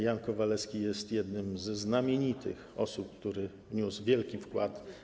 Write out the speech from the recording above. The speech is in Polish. Jan Kowalewski jest jedną ze znamienitych osób, które wniosły wielki wkład.